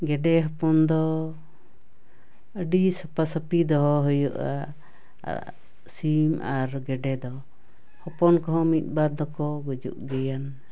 ᱜᱮᱰᱮ ᱦᱚᱯᱚᱱ ᱫᱚ ᱟᱹᱰᱤ ᱥᱟᱯᱷᱟ ᱥᱟᱹᱯᱷᱤ ᱫᱚᱦᱚ ᱦᱩᱭᱩᱜᱼᱟ ᱥᱤᱢ ᱟᱨ ᱜᱮᱰᱮ ᱫᱚ ᱦᱚᱯᱚᱱ ᱠᱚᱦᱚᱸ ᱢᱤᱫ ᱵᱟᱨ ᱫᱚᱠᱚ ᱜᱩᱡᱩᱜ ᱜᱮᱭᱟ